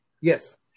Yes